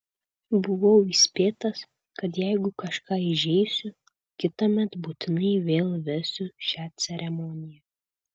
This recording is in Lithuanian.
buvau įspėtas kad jeigu kažką įžeisiu kitąmet būtinai vėl vesiu šią ceremoniją